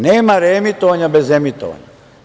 Nema reemitovanja bez emitovanja.